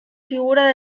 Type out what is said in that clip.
figura